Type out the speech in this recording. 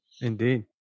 Indeed